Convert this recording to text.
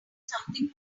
something